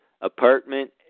Apartment